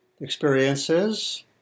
experiences